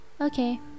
Okay